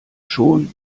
schon